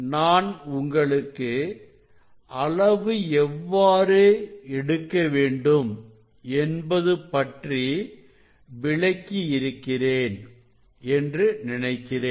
நான் உங்களுக்கு அளவு எவ்வாறு எடுக்க வேண்டும் என்பது பற்றி விளக்கி இருக்கிறேன் என்று நினைக்கிறேன்